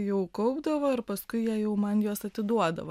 jau kaupdavo ir paskui jie jau man juos atiduodavo